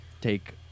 take